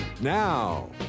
Now